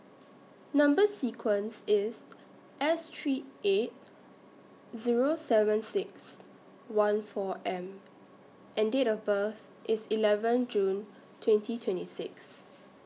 Number sequence IS S three eight Zero seven six one four M and Date of birth IS eleven June twenty twenty six